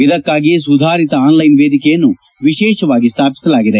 ಇದಕ್ಕಾಗಿ ಸುಧಾರಿತ ಆನ್ಲೈನ್ ವೇದಿಕೆಯನ್ನು ವಿಶೇಷವಾಗಿ ಸ್ಡಾಪಿಸಲಾಗಿದೆ